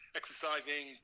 exercising